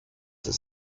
des